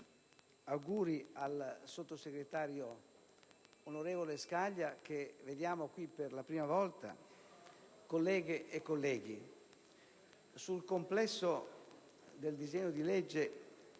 (auguri al sottosegretario onorevole Saglia, che vediamo qui per la prima volta), colleghe e colleghi, sul complesso del disegno di legge